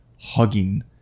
hugging